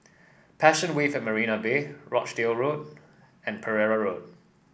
Passion Wave at Marina Bay Rochdale Road and Pereira Road